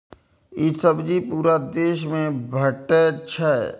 ई सब्जी पूरा देश मे भेटै छै